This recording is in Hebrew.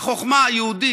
החוכמה היהודית,